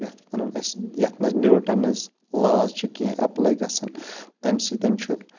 یَتھ وَنان أسۍ یَتھ منٛز نیوٗٹَنٕز لاز چھِ کیٚنٛہہ اٮ۪پلَے گژھان تَمہِ سۭتۍ چھُ